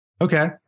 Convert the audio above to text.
Okay